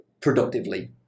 productively